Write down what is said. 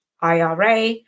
ira